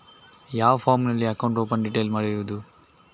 ಯಾವ ಫಾರ್ಮಿನಲ್ಲಿ account open detail ಬರೆಯುವುದು?